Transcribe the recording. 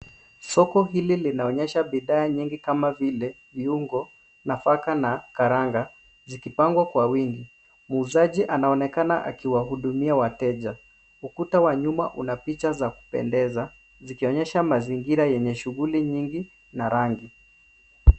Soko hili linaonyesha bidhaa nyingi kama vile viungo, nafaka na karanga, zikipangwa kwa wingi. Muuzaji anaonekana akiwahudumia wateja. Ukuta wa nyuma una picha za kupendeza, zikionyesha mazingira yenye shughuli nyingi na rangi.